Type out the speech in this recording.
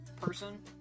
person